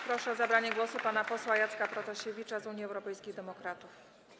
Proszę o zabranie głosu pana posła Jacka Protasiewicza z Unii Europejskich Demokratów.